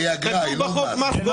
כתוב בחוק מס גודש.